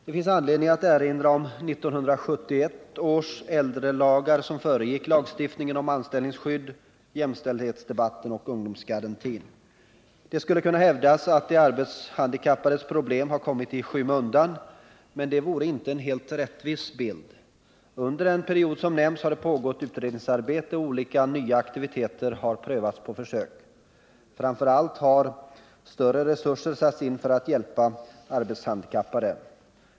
Det finns anledning att erinra om 1971 års äldrelagar som föregick lagstiftningen om anställningsskydd, jämställdhetsdebatten och ungdomsgarantin. Det skulle kunna hävdas att de arbetshandikappades problem har kommit i skymundan, men det vore inte en helt rättvis bild. Under den period som nämnts har det pågått utredningsarbete, och olika nya aktiviteter har prövats på försök. Framför allt har större resurser satts in för att hjälpa arbetshandikappade.